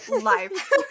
life